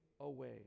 away